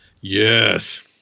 Yes